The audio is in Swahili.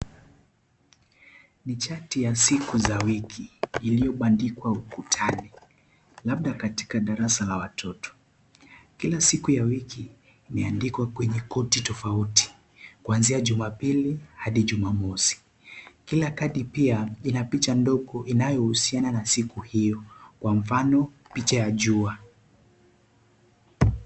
Ni chati ya siku za wiki iliyobandikwa ukutani labda katika darasa la watoto. Kila siku ya wiki imeandikwa kwenye koti tofauti kuanzia jumapili hadi jumamosi. Kila kadi pia ina picha ndogo inayohusiana na siku hiyo, kwa mfano picha ya jua.